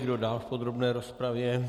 Kdo dál v podrobné rozpravě?